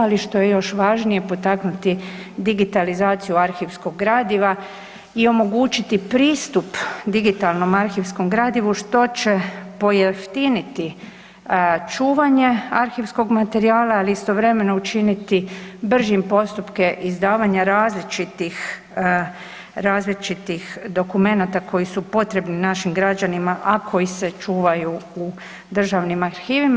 Ali što je još važnije potaknuti digitalizaciju arhivskog gradiva i omogućiti pristup digitalnom arhivskom gradivu što će pojeftiniti čuvanje arhivskog materijala, ali istovremeno učiniti bržim postupke izdavanja različitih dokumenata koji su potrebni našim građanima a koji se čuvaju u državnim arhivima.